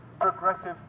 progressive